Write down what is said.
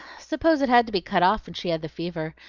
suppose it had to be cut off when she had the fever.